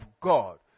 God